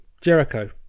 Jericho